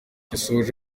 yasoje